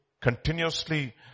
continuously